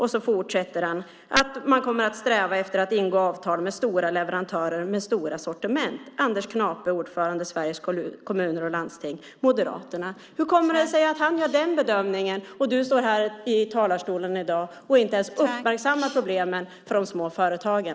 Han fortsätter med att man kommer att sträva efter att ingå avtal med stora leverantörer med stora sortiment. Detta skriver alltså Anders Knape , ordförande i Sveriges Kommuner och Landsting. Hur kommer det sig att han gör den bedömningen medan du står här i talarstolen i dag och inte ens uppmärksammar problemen för de små företagen?